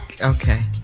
Okay